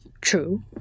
True